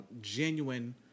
genuine